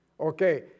okay